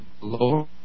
Lord